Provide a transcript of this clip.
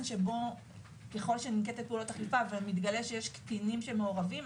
שבו ככל שננקטות פעולות אכיפה ומתגלה שיש קטינים שמעורבנים,